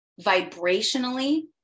Vibrationally